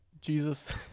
Jesus